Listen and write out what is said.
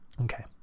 Okay